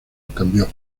cambió